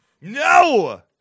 No